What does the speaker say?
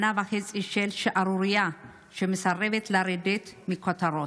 שנה וחצי של שערורייה שמסרבת לרדת מהכותרות.